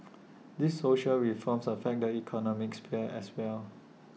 these social reforms affect the economic sphere as well